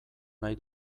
nahi